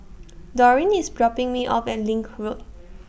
Dorine IS dropping Me off At LINK Road